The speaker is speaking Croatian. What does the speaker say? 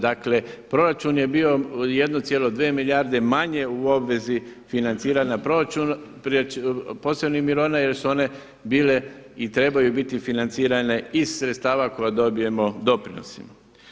Dakle, proračun je bio 1,2 milijarde manje u obvezi financiranja proračuna, posebnih mirovina jer su one bile i trebaju biti financirane iz sredstava koja dobijemo doprinosima.